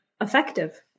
effective